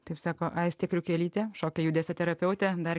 taip sako aistė kriukelytė šokio judesio terapeutė dar